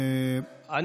מה,